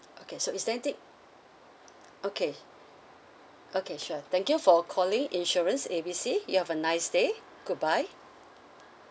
okay so is there anything okay okay sure thank you for calling insurance A B C you have a nice day goodbye